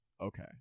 Okay